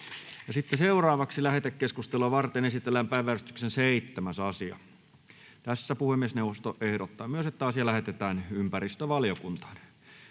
Content: Lähetekeskustelua varten esitellään päiväjärjestyksen 8. asia. Puhemiesneuvosto ehdottaa, että asia lähetetään ympäristövaliokuntaan.